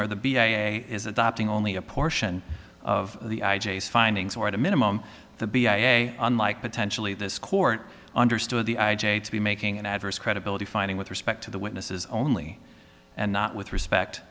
where the b a is adopting only a portion of the findings or at a minimum the b i a unlike potentially this court understood the i j a to be making an adverse credibility finding with respect to the witnesses only and not with respect